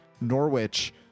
Norwich